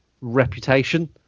reputation